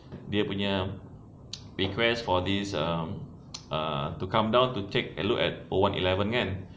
dia punya request for this um to come down to check look at one eleven kan